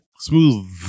Smooth